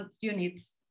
units